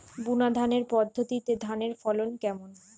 বুনাধানের পদ্ধতিতে ধানের ফলন কেমন?